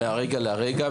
מהרגע להרגע,